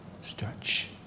stretch